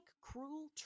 cruel